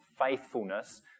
faithfulness